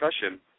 discussion